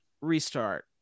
restart